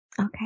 Okay